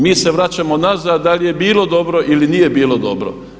Mi se vraćamo nazad da li je bilo dobro ili nije bilo dobro.